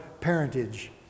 parentage